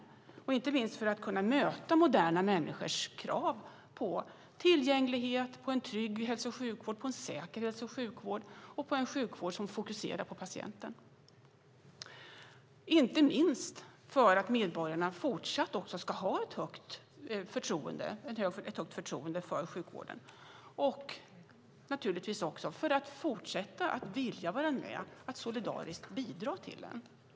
Det handlar inte minst om att möta moderna människors krav på tillgänglighet, en trygg hälso och sjukvård, en säker hälso och sjukvård och en sjukvård som fokuserar på patienten, inte minst för att medborgarna fortsatt ska ha ett högt förtroende för sjukvården och fortsatt vilja vara med och solidariskt bidra till den.